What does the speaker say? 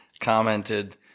commented